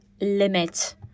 limit